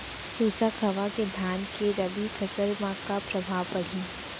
शुष्क हवा के धान के रबि फसल मा का प्रभाव पड़ही?